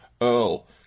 Earl